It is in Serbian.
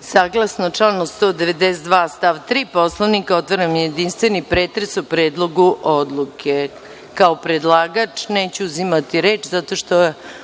Saglasno članu 192. stav 3. Poslovnika, otvaram jedinstveni pretres o Predlogu odluke. Kao predlagač neću uzimati reč zato što